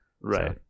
Right